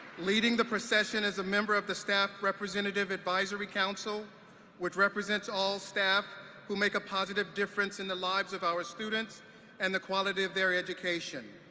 leading the procession is a member of the staff representative advisory council which represents all staff who make a positive difference in the lives of our students and the quality of their education.